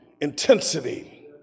intensity